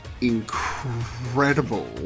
incredible